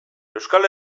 euskal